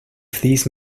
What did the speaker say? these